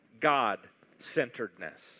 God-centeredness